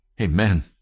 Amen